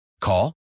Call